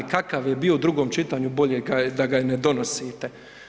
Kakav je bio u drugom čitanju, bolje je da ga i ne donosite.